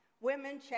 Women